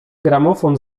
gramofon